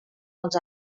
als